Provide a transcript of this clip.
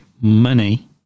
money